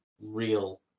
real